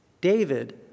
David